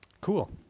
Cool